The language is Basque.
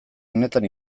honetan